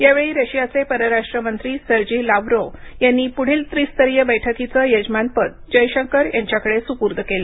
यावेळी रशियाचे परराष्ट्र मंत्री सर्जी लाव्हरोव्ह यांनी पुढील त्रिस्तरीय बैठकीचं यजमानपद जयशंकर यांच्याकडं सुपूर्द केलं